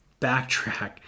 backtrack